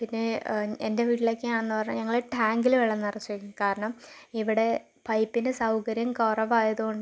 പിന്നെ എൻ്റെ വീട്ടിലൊക്കെ ആണെന്ന് പറഞ്ഞാൽ ഞങ്ങള് ടാങ്ക്ല് വെള്ളം നിറച്ച് വെക്കും കാരണം ഇവിടെ പൈപ്പിൻ്റെ സൗകര്യം കുറവായത് കൊണ്ട് തന്നെ